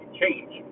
change